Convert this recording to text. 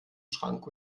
schrank